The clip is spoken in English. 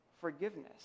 forgiveness